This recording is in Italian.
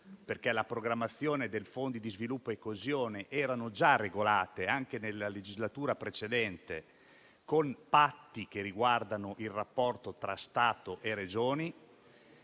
perché la programmazione dei fondi di sviluppo e coesione era già regolata anche nella legislatura precedente, con patti che riguardano il rapporto tra Stato e Regioni.